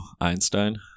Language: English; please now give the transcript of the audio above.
Einstein